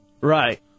Right